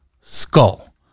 skull